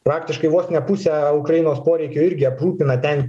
praktiškai vos ne pusę ukrainos poreikio irgi aprūpina ten